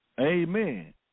amen